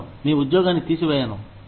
నేను మీ ఉద్యోగాన్ని తీసివేయను